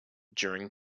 during